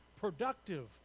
productive